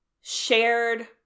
shared